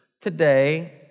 Today